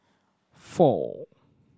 four